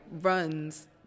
runs